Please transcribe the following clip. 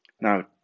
now